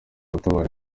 utabara